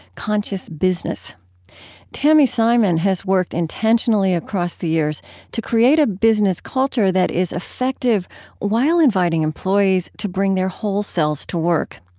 conscious business tami simon has worked intentionally across the years to create a business culture that is effective while inviting employees to bring their whole selves to work.